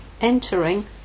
entering